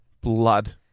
Blood